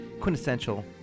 Quintessential